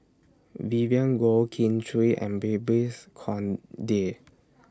Vivien Goh Kin Chui and Babes Conde